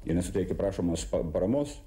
ir nesuteikti prašomos pa paramos